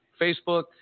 Facebook